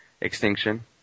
extinction